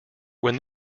when